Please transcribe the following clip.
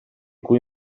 cui